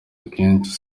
akenshi